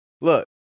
look